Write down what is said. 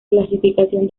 clasificación